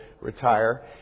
retire